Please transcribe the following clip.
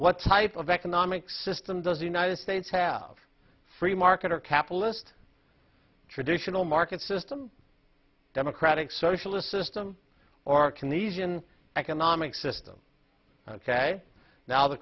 what type of economic system does the united states have free market or capitalist traditional market system democratic socialist system or can these in economic system ok now the